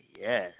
yes